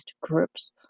groups